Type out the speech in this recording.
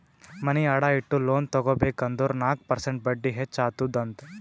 ಮನಿ ಅಡಾ ಇಟ್ಟು ಲೋನ್ ತಗೋಬೇಕ್ ಅಂದುರ್ ನಾಕ್ ಪರ್ಸೆಂಟ್ ಬಡ್ಡಿ ಹೆಚ್ಚ ಅತ್ತುದ್ ಅಂತ್